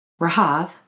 Rahav